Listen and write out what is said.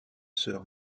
sœurs